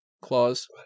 clause